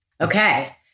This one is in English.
Okay